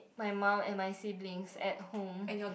my mum and my siblings at home